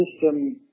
system